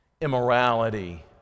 immorality